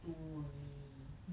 two only